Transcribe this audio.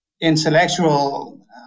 intellectual